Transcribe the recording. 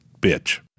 Bitch